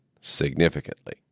significantly